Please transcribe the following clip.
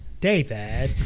David